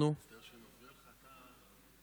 תרשו לי גם לדבר,